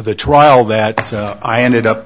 the trial that i ended up